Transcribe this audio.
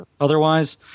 otherwise